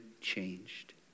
changed